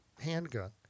handgun